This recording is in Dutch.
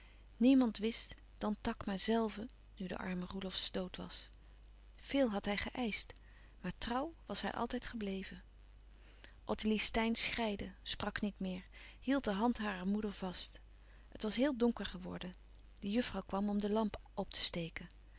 niemand wist dan takma zelve nu de arme roelofsz dood was veel had hij geëischt maar trouw was hij altijd gebleven ottilie steyn schreide sprak niet meer hield de hand harer moeder vast het was heel donker geworden de juffrouw kwam om de lamp op te steken